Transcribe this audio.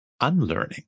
unlearning